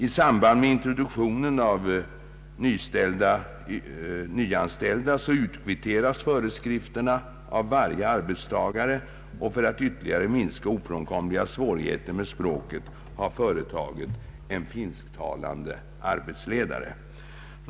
I samband med introduktionen av nyanställda utkvitteras föreskrifterna av varje arbetstagare. För att ytterligare minska ofrånkomliga svårigheter med språket har företaget en finsktalande arbetsledare.